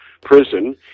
Prison